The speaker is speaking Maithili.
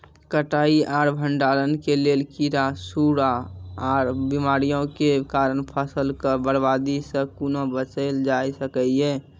कटाई आर भंडारण के लेल कीड़ा, सूड़ा आर बीमारियों के कारण फसलक बर्बादी सॅ कूना बचेल जाय सकै ये?